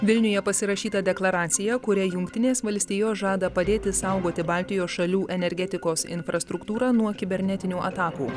vilniuje pasirašyta deklaracija kuria jungtinės valstijos žada padėti saugoti baltijos šalių energetikos infrastruktūrą nuo kibernetinių atakų